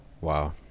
Wow